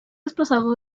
desplazado